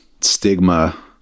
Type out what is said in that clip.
stigma